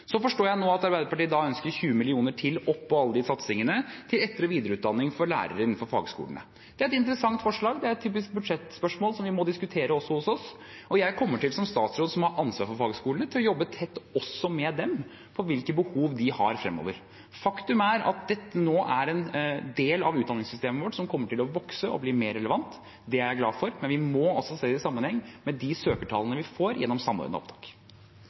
Så forstår jeg nå at Arbeiderpartiet ønsker 20 mill. kr til oppå alle de satsingene, til etter- og videreutdanning for lærere innenfor fagskolene. Det er et interessant forslag. Det er et typisk budsjettspørsmål som vi må diskutere også hos oss, og jeg, som statsråden som har ansvaret for fagskolene, kommer til å jobbe tett også med dem om hvilke behov de har fremover. Faktum er at dette nå er en del av utdanningssystemet vårt som kommer til å vokse og bli mer relevant. Det er jeg glad for, men vi må også se det i sammenheng med de søkertallene vi får gjennom Samordna opptak.